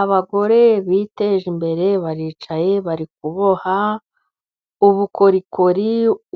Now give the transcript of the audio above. Abagore biteje imbere; baricaye bari kuboha, ubukorikori,